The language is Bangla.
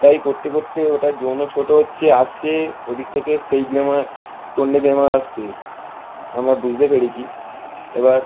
তাই করতে করতে ওটার জোনও ছোটো হচ্ছে আসছে ওদিক থেকে সেই ব্লেমার টুন্ডে গেমার আসছে আমরা বুঝতে পেরেছি এবার